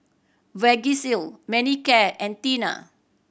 Vagisil Manicare and Tena